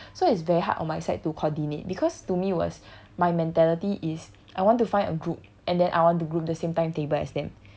so it's very hard on my side to coordinate because to me was my mentality is I want to find a group and then I want to group the same timetable as them